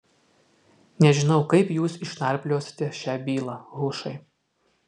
nežinau kaip jūs išnarpliosite šią bylą hušai